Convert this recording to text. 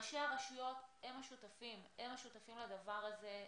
ראשי הרשויות הם השותפים לדבר הזה,